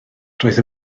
roedd